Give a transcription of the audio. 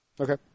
Okay